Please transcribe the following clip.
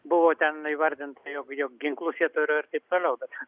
buvo ten įvardinta jog jog ginklus jie turi ir taip toliau bet